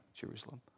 Jerusalem